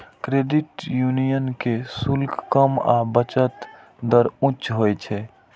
credit union के शुल्क कम आ बचत दर उच्च होइ छै